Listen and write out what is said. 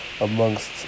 amongst